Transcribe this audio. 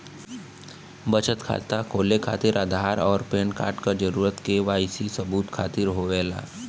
बचत खाता खोले खातिर आधार और पैनकार्ड क जरूरत के वाइ सी सबूत खातिर होवेला